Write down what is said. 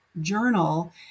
journal